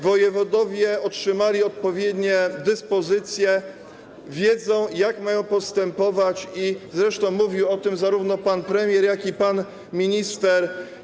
Wojewodowie otrzymali odpowiednie dyspozycje, wiedzą, jak mają postępować, zresztą mówili o tym zarówno pan premier, jak i pan minister.